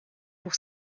pour